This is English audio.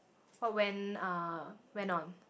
oh when uh went on